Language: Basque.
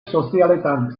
sozialetan